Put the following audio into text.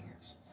years